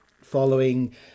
following